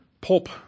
pulp